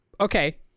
okay